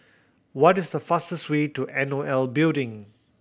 what is the fastest way to N O L Building